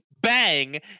bang